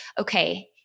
okay